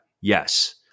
yes